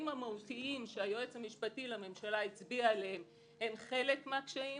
המהותיים שהיועץ המשפטי לממשלה הצביע עליהם הם חלק מהקשיים.